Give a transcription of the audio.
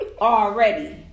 already